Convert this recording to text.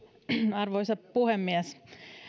arvoisa puhemies